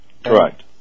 Correct